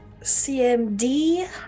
CMD